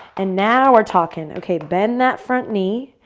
and now we're talking. okay, bend that front knee.